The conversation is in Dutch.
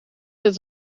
zit